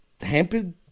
hampered